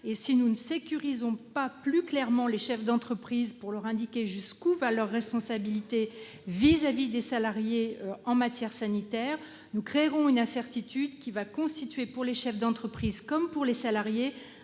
Si nous ne sécurisons pas plus clairement les chefs d'entreprise en leur indiquant jusqu'où va leur responsabilité vis-à-vis de leurs salariés en matière sanitaire, nous créerons une incertitude qui constituera, pour eux comme pour les salariés,